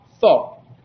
thought